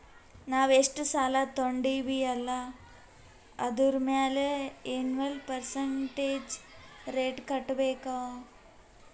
ನಾವ್ ಎಷ್ಟ ಸಾಲಾ ತೊಂಡಿವ್ ಅಲ್ಲಾ ಅದುರ್ ಮ್ಯಾಲ ಎನ್ವಲ್ ಪರ್ಸಂಟೇಜ್ ರೇಟ್ ಕಟ್ಟಬೇಕ್